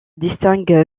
distingue